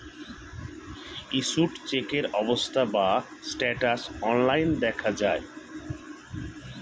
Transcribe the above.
issued চেকের অবস্থা বা স্ট্যাটাস অনলাইন দেখা যায়